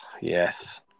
yes